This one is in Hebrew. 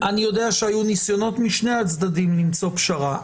אני יודע שהיו ניסיונות משני הצדדים למצוא פשרה,